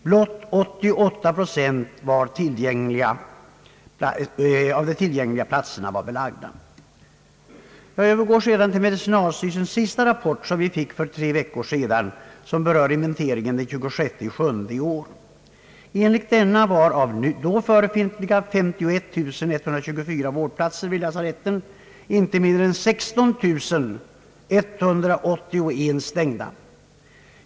Blott 88 procent av de tillgängliga platserna var belagda.» Jag övergår sedan till medicinalstyrelsens senaste rapport, som vi fick för tre veckor sedan och som berör inventeringen den 26 juli i år. Enligt denna var av då befintliga 51 124 vårdplatser vid lasaretten inte mindre än 16 181 stängda.